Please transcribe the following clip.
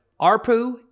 ARPU